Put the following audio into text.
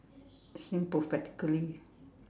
sing prophetically